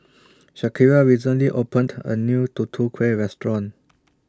Shakira recently opened A New Tutu Kueh Restaurant